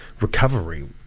recovery